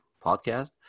podcast